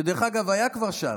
שדרך אגב היה כבר שם,